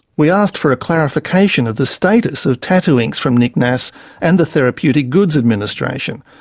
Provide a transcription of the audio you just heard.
we asked for a clarification of the status of tattoo ink from nicnas and the therapeutic goods administration,